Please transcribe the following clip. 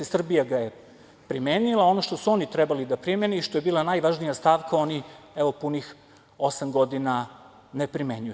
Srbija ga je primenila a ono što su oni trebali da primene i što je bila najvažnija stavka, oni, evo, punih osam godina ne primenjuju.